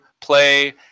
play